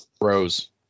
Rose